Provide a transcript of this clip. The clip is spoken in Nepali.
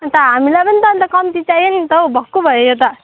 अन्त हामीलाई पनि त अन्त कम्ती चाहियो नि त हो भक्कु भयो यो त